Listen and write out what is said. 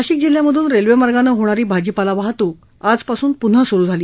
नाशिक जिल्ह्यामधून रस्वि मार्गानं होणारी भाजीपाला वाहतूक आजपासून पून्हा सुरु झाली